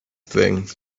thing